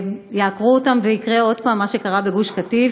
יעקרו אותם, ויקרה עוד פעם מה שקרה בגוש-קטיף.